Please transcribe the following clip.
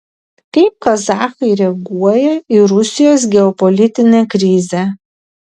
kaip kazachai reaguoja į rusijos geopolitinę krizę